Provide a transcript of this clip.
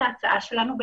וזאת ההצעה שלנו,